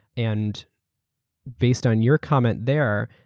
and based on your comment there,